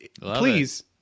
please